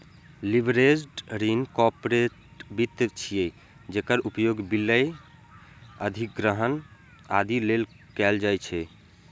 leveraged ऋण corporate वित्त छियै, जेकर उपयोग विलय, अधिग्रहण, आदि लेल कैल जाइ छै